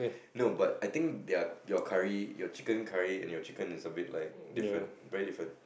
no but I think their your curry your chicken curry and your chicken is a bit like different very different